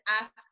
ask